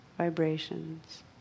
vibrations